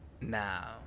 now